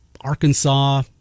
Arkansas